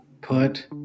Put